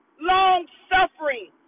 long-suffering